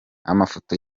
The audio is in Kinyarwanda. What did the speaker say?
amafoto